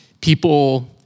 people